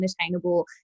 unattainable